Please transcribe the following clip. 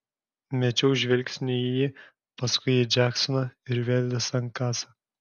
mečiau žvilgsnį į jį paskui į džeksoną ir vėl į sankasą